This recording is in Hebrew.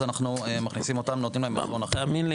אז אנחנו נותנים להם --- תאמין לי,